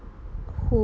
who